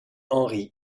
henry